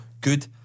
good